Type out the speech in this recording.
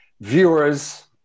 viewers